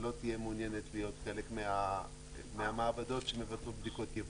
לא תהיה מעוניינת להיות חלק מהמעבדות שמבצעות בדיקות ייבוא.